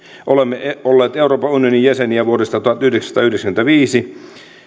olemme olleet euroopan unionin jäseniä vuodesta tuhatyhdeksänsataayhdeksänkymmentäviisi